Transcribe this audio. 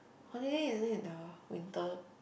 holiday is it the winter